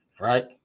right